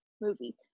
movie